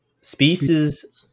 species